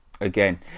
Again